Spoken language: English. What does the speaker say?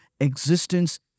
existence